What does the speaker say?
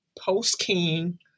post-King